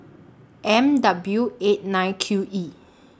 M W eight nine Q E